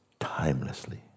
timelessly